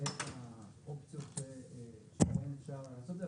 את האופציות שבהן אפשר לעשות את זה,